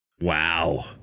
wow